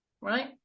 right